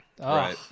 Right